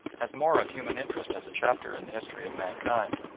has more of human interest as a chapter in the history of mankind,